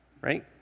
right